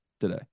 today